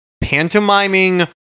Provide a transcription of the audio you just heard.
pantomiming